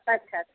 আচ্ছা আচ্ছা